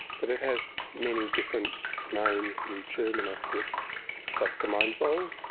but it has many different names, in german i think it's das gemeinwohl.